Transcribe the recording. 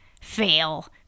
fail